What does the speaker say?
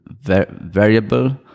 variable